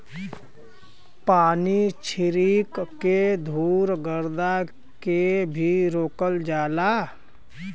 पानी छीरक के धुल गरदा के भी रोकल जाला